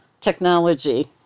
technology